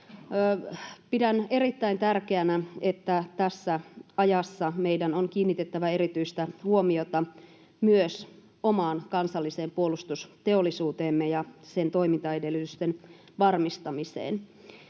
Pidän erittäin tärkeänä, että tässä ajassa meidän on kiinnitettävä erityistä huomiota myös omaan kansalliseen puolustusteollisuuteemme ja sen toimintaedellytysten varmistamiseen.